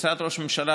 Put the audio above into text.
משרד ראש הממשלה,